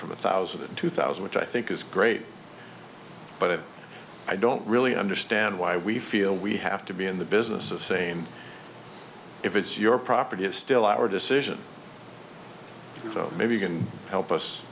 from a thousand in two thousand which i think is great but i don't really understand why we feel we have to be in the business of saying if it's your property it's still our decision so maybe you can help us